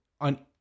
on